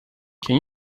can